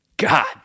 God